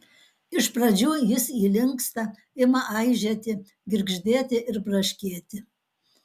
iš pradžių jis įlinksta ima aižėti girgždėti ir braškėti